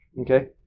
okay